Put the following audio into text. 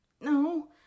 No